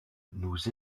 nous